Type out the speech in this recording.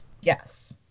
Yes